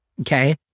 okay